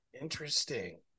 Interesting